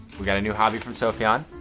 we got a new hobby from sofyan.